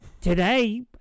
today